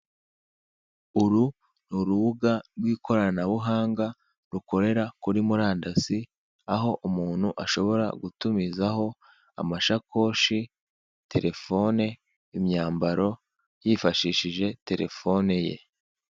Uru ni urubuga rw'ikoranabuhanga rukorera kuri murandasi aho umuntu ashobora gutumizaho amasakoshi, terefone, imyambaro yifashishije terefone ye.